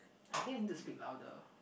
I think I need to speak louder